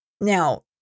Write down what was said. Now